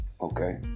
okay